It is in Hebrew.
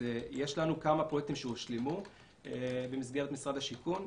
יש לנו כמה פרויקטים שהושלמו במסגרת משרד השיכון,